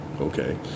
Okay